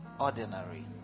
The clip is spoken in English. ordinary